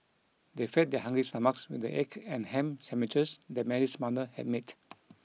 they fed their hungry stomachs with the egg and ham sandwiches that Mary's mother had made